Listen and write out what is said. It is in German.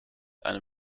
eine